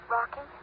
Rocky